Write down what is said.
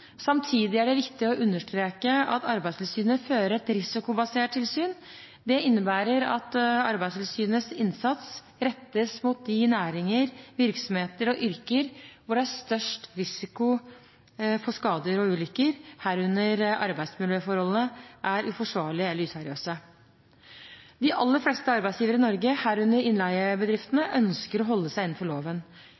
Samtidig er det viktig å understreke at Arbeidstilsynet fører et risikobasert tilsyn. Det innebærer at Arbeidstilsynets innsats rettes mot de næringer, virksomheter og yrker hvor det er størst risiko for skader og ulykker, herunder at arbeidsmiljøforholdene er uforsvarlige eller useriøse. De aller fleste arbeidsgivere i Norge, herunder innleiebedriftene,